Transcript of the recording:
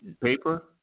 paper